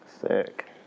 Sick